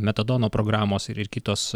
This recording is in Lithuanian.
metadono programos ir ir kitos